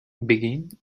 begin